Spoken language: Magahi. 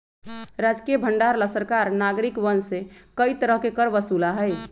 राजकीय भंडार ला सरकार नागरिकवन से कई तरह के कर वसूला हई